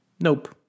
Nope